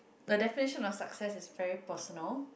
the definition of success is very personal